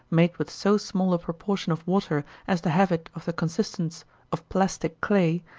made with so small a proportion of water as to have it of the consistence of plastic clay,